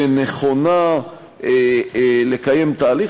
ונכונה לקיים תהליך.